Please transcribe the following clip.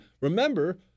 remember